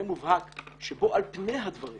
שבו על פני הדברים